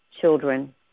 children